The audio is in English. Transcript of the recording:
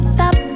Stop